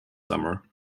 summer